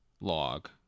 log